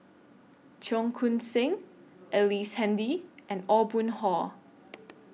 Cheong Koon Seng Ellice Handy and Aw Boon Haw